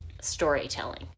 storytelling